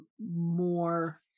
more